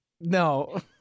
No